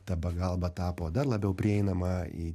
ta pagalba tapo dar labiau prieinama ji